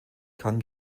kann